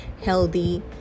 healthy